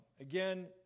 Again